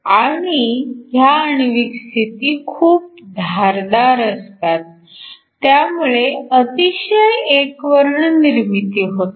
आणि ह्या आण्विक स्थिती खूप धारदार असतात त्यामुळे अतिशय एकवर्ण निर्मिती होते